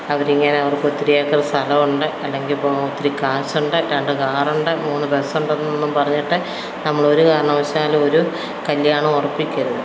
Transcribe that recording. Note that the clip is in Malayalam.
അവര് ഇങ്ങനെ അവർക്ക് ഒത്തിരി ഏക്കര് സ്ഥലം ഉണ്ട് അല്ലങ്കിൽ ഇപ്പോള് ഒത്തിരി കാശുണ്ട് രണ്ട് കാറുണ്ട് മൂന്ന് ബസ് ഉണ്ടെന്നൊന്നും പറഞ്ഞിട്ട് നമ്മള് ഒരുകാരണവശാലും ഒരു കല്യാണം ഉറപ്പിക്കരുത്